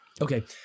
Okay